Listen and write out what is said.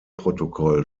protokoll